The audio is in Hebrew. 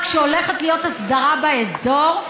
כשהולכת להיות הסדרה באזור,